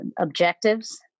objectives